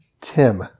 tim